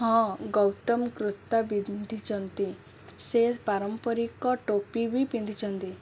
ହଁ ଗୌତମ କୁର୍ତ୍ତା ପିନ୍ଧିଛନ୍ତି ସେ ପାରମ୍ପରିକ ଟୋପି ବି ପିନ୍ଧିଛନ୍ତି